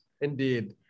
Indeed